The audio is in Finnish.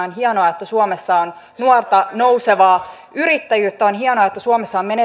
on hienoa että suomessa on nuorta nousevaa yrittäjyyttä ja on hienoa että suomessa on